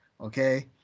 Okay